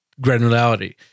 granularity